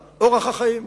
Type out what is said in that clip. אורח החיים,